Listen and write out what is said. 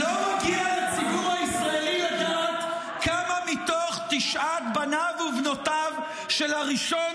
לא מגיע לציבור הישראלי לדעת כמה מתוך תשעת בניו ובנותיו של הראשון